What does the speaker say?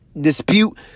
dispute